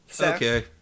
Okay